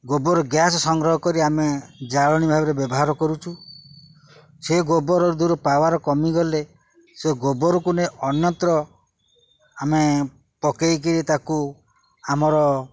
ଗୋବର ଗ୍ୟାସ୍ ସଂଗ୍ରହ କରି ଆମେ ଜାଳଣି ଭାବରେ ବ୍ୟବହାର କରୁଛୁ ସେ ଗୋବର ଦୂର ପାୱାର୍ କମିଗଲେ ସେ ଗୋବରକୁ ନେଇ ଅନ୍ୟତ୍ର ଆମେ ପକେଇକିରି ତାକୁ ଆମର